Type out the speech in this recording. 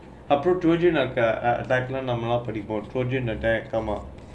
அப்புறம்:appurom trojan attack come up